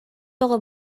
бөҕө